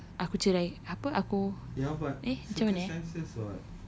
apa aku cerai apa aku eh macam mana eh